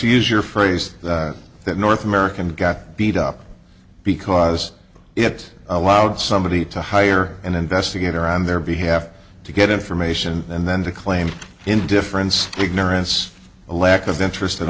to use your phrase that north american got beat up because it allowed somebody to hire an investigator on their behalf to get information and then to claim indifference ignorance a lack of interest